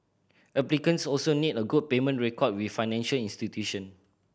applicants also need a good payment record with financial institution